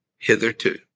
Hitherto